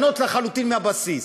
לשנות לחלוטין מהבסיס,